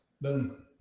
Boom